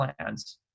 plans